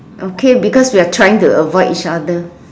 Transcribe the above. okay because we are trying to avoid each other